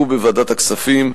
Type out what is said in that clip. בוועדת הכספים,